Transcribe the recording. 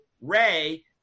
Ray